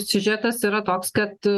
siužetas yra toks kad